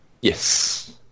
Yes